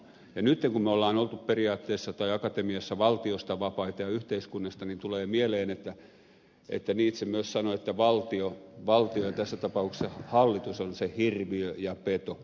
nytten kun me olemme olleet periaatteessa akatemiassa valtiosta ja yhteiskunnasta vapaita niin tulee mieleen että nietzsche myös sanoi että valtio ja tässä tapauksessa hallitus on se hirviö ja peto